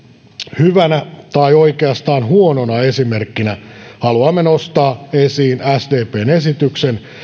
hyvänä tai oikeastaan huonona esimerkkinä haluamme nostaa esiin sdpn esityksen